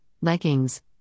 leggings